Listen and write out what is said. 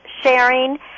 sharing